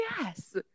yes